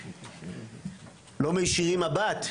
לא מיישרים מבט.